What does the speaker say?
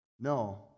No